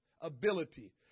ability